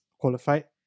qualified